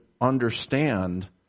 understand